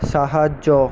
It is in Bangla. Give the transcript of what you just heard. সাহায্য